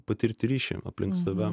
patirti ryšį aplink save